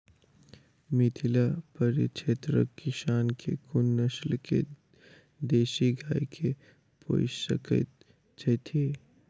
मिथिला परिक्षेत्रक किसान केँ कुन नस्ल केँ देसी गाय केँ पोइस सकैत छैथि?